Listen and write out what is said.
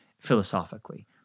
philosophically